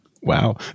wow